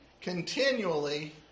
continually